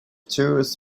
tourists